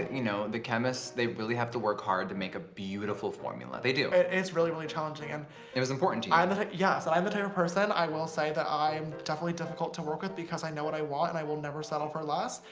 you know the chemists they really have to work hard to make a beautiful formula. they do it's really really challenging and it was important to and yeah so i'm the type of person i will say that i'm definitely difficult to work with because i know what i want and i will never settle for loss,